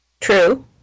True